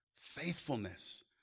faithfulness